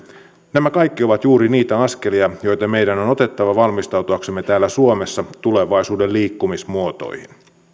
nämä kaikki ovat juuri niitä askelia joita meidän on otettava valmistautuaksemme täällä suomessa tulevaisuuden liikkumismuotoihin